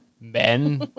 Men